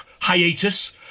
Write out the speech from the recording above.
hiatus